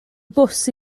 bws